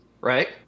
right